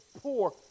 poor